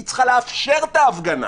היא צריכה לאפשר את ההפגנה.